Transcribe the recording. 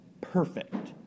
perfect